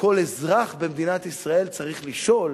כל אזרח במדינת ישראל צריך לשאול: